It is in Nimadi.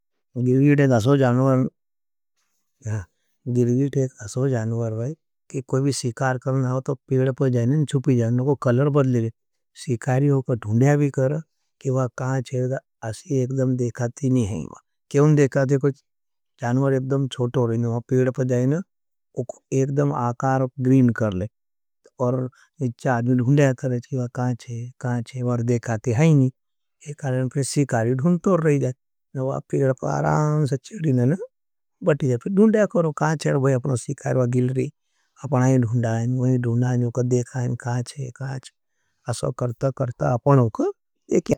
गिर्गीटे दासो जानवर वाई कि कोई भी सीकार करना हो तो पेड़े पर जाएनें चुपी जाएनें। कोई कलर बदले, सीकारी होको ढुन्डया भी कर, कि वाँ काँच है, असी एकड़म देखाती नहीं हैं। असा करता करता आपनों को ये क्या है। एक करण कही चे, अपना देश में बह अऩते प्याइं नी खाते, कि सुवार की समाज, स्वारत, जात का अलग अलग लोक न को काम हर रहे। कोई काई खायेठ कोई काई खायेठ कोई कसमु खाए, कोई कसमु नी खाता हैं, इक आना अपना देशा चनते नहीं पोर उना शुमन हैँ ज कोई गरत।